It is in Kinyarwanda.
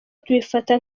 tubifata